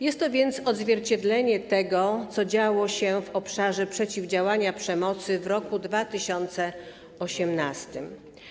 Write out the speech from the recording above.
Jest to więc odzwierciedlenie tego, co działo się w obszarze przeciwdziałania przemocy w roku 2018.